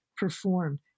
performed